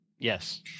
Yes